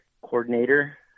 coordinator